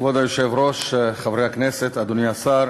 כבוד היושב-ראש, חברי הכנסת, אדוני השר,